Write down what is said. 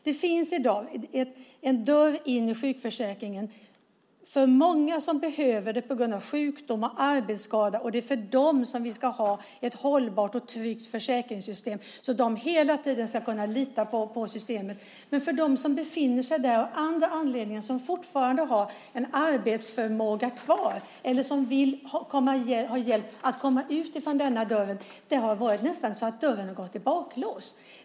Det finns i dag en dörr in i sjukförsäkringen för många som behöver det på grund av sjukdom eller arbetsskada, och det är för dem som vi ska ha ett hållbart och tryggt försäkringssystem så att de hela tiden ska kunna lita på systemet. Men för dem som befinner sig där av andra anledningar, som fortfarande har en arbetsförmåga kvar, eller som velat ha hjälp att komma ut genom den dörren, har dörren nästan gått i baklås.